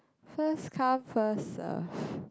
first come first serve